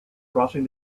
crossing